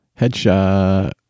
Headshot